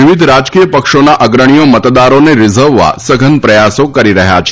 વિવિધ રાજકીય પક્ષોના અગ્રણીઓ મતદારોને રીઝવવા સઘન પ્રયાસો કરી રહ્યા છે